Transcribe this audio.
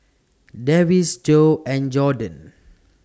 Davis Jo and Jordon